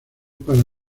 para